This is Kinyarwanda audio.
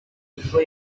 nibwo